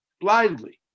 blindly